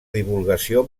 divulgació